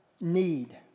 need